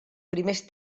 primers